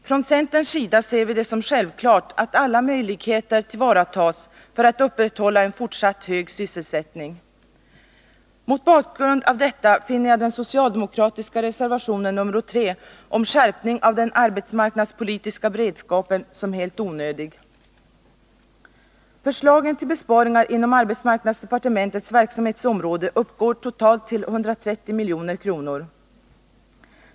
Från centerns sida ser vi det som självklart att alla möjligheter tillvaratas för att upprätthålla en fortsatt hög sysselsättning. Mot bakgrund av detta finner jag den socialdemokratiska reservationen nr 3 om skärpning av den arbetsmarknadspolitiska beredskapen helt onödig. De föreslagna besparingarna inom arbetsmarknadsdepartementets verksamhetsområde uppgår totalt till 130 milj.kr.